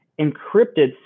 encrypted